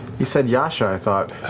you said yasha, i thought?